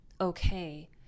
okay